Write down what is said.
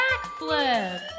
backflip